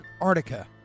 Antarctica